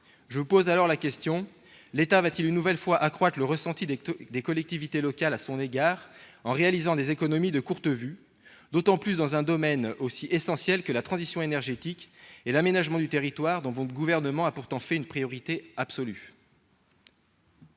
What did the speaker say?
Je pose la question : l'État va-t-il une nouvelle fois accroître le ressentiment des collectivités locales à son égard, en réalisant des économies de courte vue, et ce dans un domaine aussi essentiel que la transition énergétique et l'aménagement du territoire, dont votre gouvernement a pourtant fait une priorité absolue ?